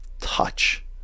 touch